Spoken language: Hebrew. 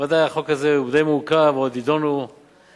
ודאי שהחוק הזה הוא די מורכב, ועוד יידונו סעיפיו,